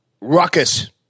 ruckus